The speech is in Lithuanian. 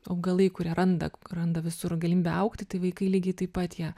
augalai kurie randa randa visur galimybę augti tai vaikai lygiai taip pat jie